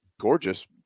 gorgeous